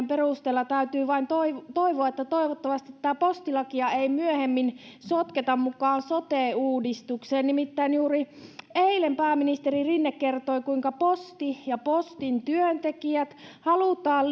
perusteella täytyy vain toivoa toivoa että toivottavasti tätä postilakia ei myöhemmin sotketa mukaan sote uudistukseen nimittäin juuri eilen pääministeri rinne kertoi kuinka posti ja postin työntekijät halutaan